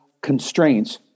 constraints